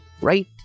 right